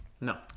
No